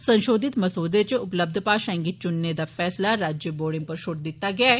संशोधित मसौदे च उपलब्ध भाषाएं गी चुनने दा फैसला राज्य बोर्डे पर छोड़ी दित्ता गेदा ऐ